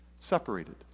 separated